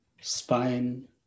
spine